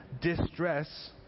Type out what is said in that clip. distress